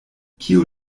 kiu